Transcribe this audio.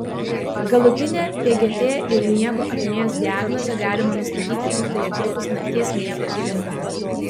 galutinę pgt ir miego apnėjos diagnozę galima nustatyti tiktai atlikus nakties miego tyrimą